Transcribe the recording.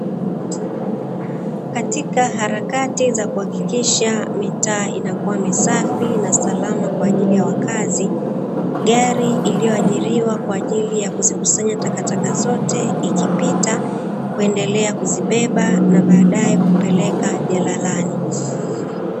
Katika harakati za kuhakikisha mitaa inakua misafi na salama kwa ajili ya wakazi, gari iliyoajiriwa kwa ajili ya kuzikusanya takataka zote ikipita, kuendelea kuzibeba na baadae kupeleka jalalani.